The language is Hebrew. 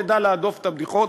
תדע להדוף את הבדיחות,